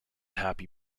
happy